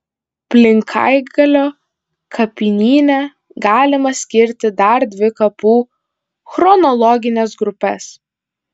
plinkaigalio kapinyne galima skirti dar dvi kapų chronologines grupes